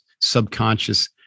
subconscious